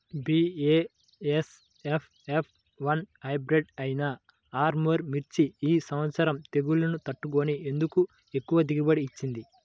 BASF F one hybrid అయినా ఆర్ముర్ మిర్చి ఈ సంవత్సరం తెగుళ్లును తట్టుకొని ఎందుకు ఎక్కువ దిగుబడి ఇచ్చింది?